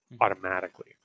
automatically